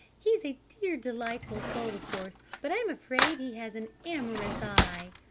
he's a dear delightful soul of course, but i'm afraid he has an amorous eye.